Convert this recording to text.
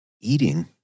Eating